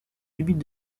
limite